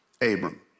Abram